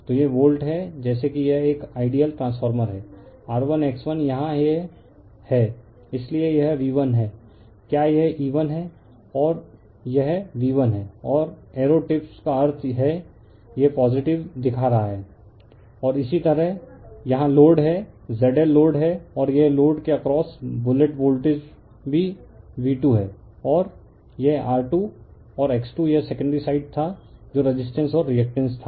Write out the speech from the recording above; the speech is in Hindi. तो यह वोल्ट है जैसे कि यह एक आइडियल ट्रांसफार्मर है R1 X1 यहाँ है इसलिए यह V1 है क्या यह E1 है और यह V1 है और एरो टिप्स का अर्थ है यह पॉजिटिव दिखा रहा हैं और इसी तरह यहाँ लोड है ZL लोड है और यह लोड के अक्रॉस बुलेट वोल्टेज भी V2 है और यह R2 और X2 यह सेकेंडरी साइड था जो रेसिस्टेंस और रिएक्टेंस था